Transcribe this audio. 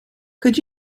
could